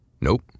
Nope